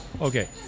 Okay